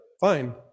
fine